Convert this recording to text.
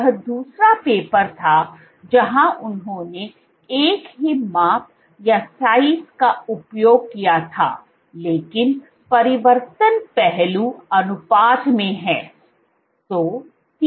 यह दूसरा पेपर था जहां उन्होंने एक ही माप का उपयोग किया था लेकिन परिवर्तन पहलू अनुपात में है